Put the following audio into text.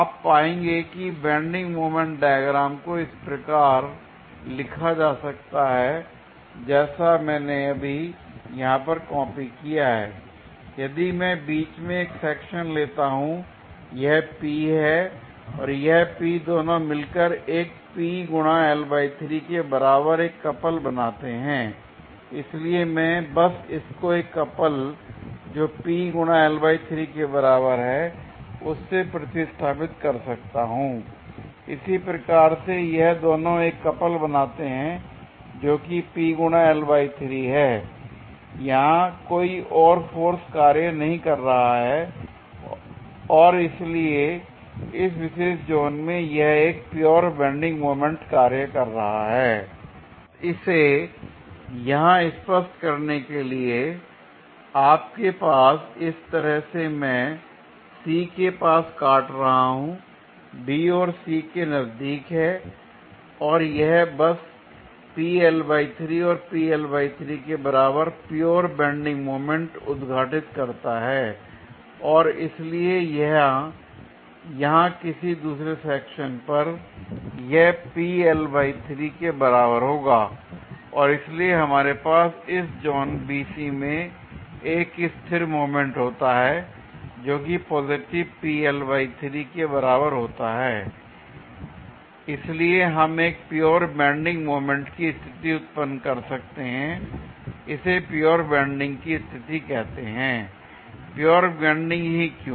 आप पाएंगे कि बेंडिंग मोमेंट डायग्राम को इस प्रकार लिखा जा सकता है जैसे मैंने अभी यहां पर कॉपी किया है l यदि मैं बीच में एक सेक्शन लेता हूं यह P और यह P दोनों मिलकर एक के बराबर एक कपल बनाते हैं l इसलिए मैं बस इसको एक कपल जो के बराबर है उससे प्रतिस्थापित कर सकता हूं l इसी प्रकार से यह दोनों एक कपल बनाते हैं जोकि है l यहां कोई और फोर्स काम नहीं कर रही है और इसलिए इस विशेष जोन में यह एक प्योर बेंडिंग मोमेंट कार्य कर रहा है l बस इसे यहां स्पष्ट करने के लिए आपके पास इस तरह से मैं C के पास काट रहा हूं B और C के नजदीक और यह बस और के बराबर प्योर बेंडिंग मोमेंट उद्घाटित करता है और इसलिए यहां किसी दूसरे सेक्शन पर यह के बराबर होगा l और इसलिए हमारे पास इस जोन BC में एक स्थिर मोमेंट होता है जोकि पॉजिटिव के बराबर होता है l इसलिए हम एक प्योर बेंडिंग मोमेंट की स्थिति उत्पन्न कर सकते हैं इसे प्योर बेंडिंग की स्थिति कहते हैं l प्योर बेंडिंग ही क्यों